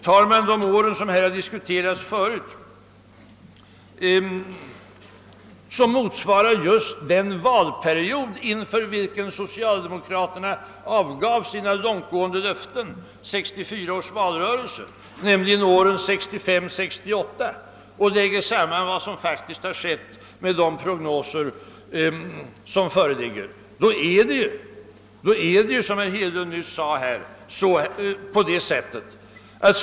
Tar man de år som här tidigare diskuterats och som motsvaras av den valperiod, inför vilken socialdemokraterna avgav sina långtgående löften i 1964 års valrörelse, alltså åren 1965 till 1968, och lägger samman vad som faktiskt har skett med de prognoser som nu föreligger, så finner man, som herr Hedlund nyss sade, att resultatet inte blir bra för den svenska regeringen.